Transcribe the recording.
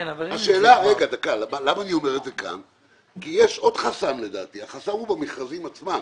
אני אומר את זה כאן כי יש עוד חסם לדעתי והחסם הוא במכרזים עצמם,